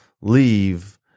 leave